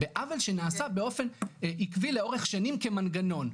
בעוול שנעשה באופן עקבי לאורך שנים כמנגנון,